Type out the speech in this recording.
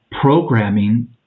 programming